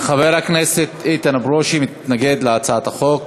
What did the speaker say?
חבר הכנסת אתן ברושי מתנגד להצעת החוק.